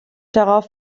darauf